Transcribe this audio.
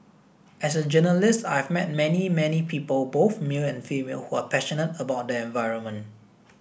as a journalist I've met many many people both male and female who are passionate about the environment